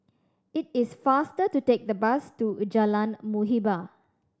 it is faster to take the bus to Jalan Muhibbah